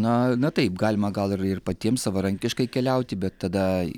na na taip galima gal ir ir patiem savarankiškai keliauti bet tada